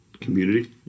community